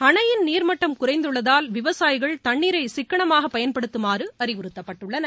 அணையின் நீர்மட்டம் குறைந்துள்ளதால் விவசாயிகள் தண்ணீரை சிக்கனமாக பயன்படுத்தமாறு அறிவுறத்தப்பட்டுள்ளனர்